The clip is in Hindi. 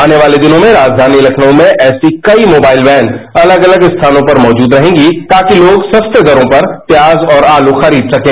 आने वाले दिनों में राजघानी लखनऊ में ऐसी कई मोबाइल वैन अलग अलग स्थानों पर मौजूद रहेंगी ताकि लोग सस्ते दरों पर प्याज और आलू खरीद सकें